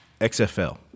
XFL